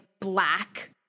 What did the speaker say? black